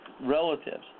relatives